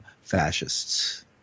fascists